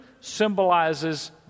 symbolizes